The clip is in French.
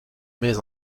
mais